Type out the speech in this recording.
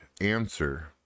answer